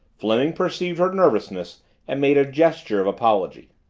fleming perceived her nervousness and made a gesture of apology.